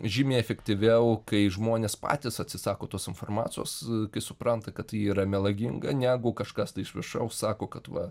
žymiai efektyviau kai žmonės patys atsisako tos informacijos kai supranta kad yra melaginga negu kažkas tai iš viršaus sako kad va